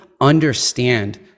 understand